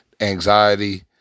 anxiety